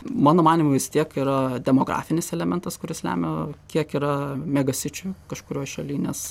mano manymu vis tiek yra demografinis elementas kuris lemia kiek yra mega sičių kažkurioj šaly nes